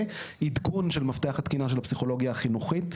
ועדכון של מפתח התקינה של הפסיכולוגיה החינוכית.